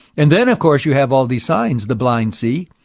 and then, of course, you have all these signs. the blind see.